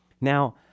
Now